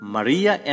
Maria